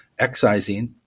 excising